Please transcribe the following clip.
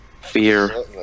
Fear